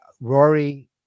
rory